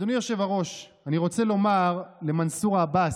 אדוני היושב-ראש, אני רוצה לומר למנסור עבאס,